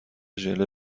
ژله